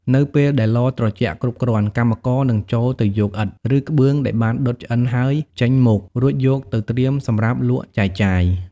នៅពេលដែលឡត្រជាក់គ្រប់គ្រាន់ កម្មករនឹងចូលទៅយកឥដ្ឋ ឬក្បឿងដែលបានដុតឆ្អិនហើយចេញមក រួចយកទៅត្រៀមសម្រាប់លក់ចែកចាយ។